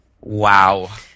wow